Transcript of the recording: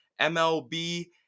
mlb